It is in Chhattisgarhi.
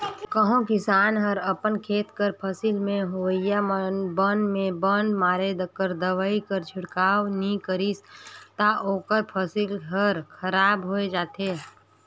कहों किसान हर अपन खेत कर फसिल में होवइया बन में बन मारे कर दवई कर छिड़काव नी करिस ता ओकर फसिल हर खराब होए जाथे